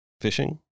fishing